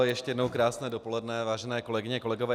Ještě jednou krásné dopoledne, vážené kolegyně, kolegové.